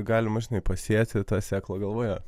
galima žinai pasėti tą sėklą galvoje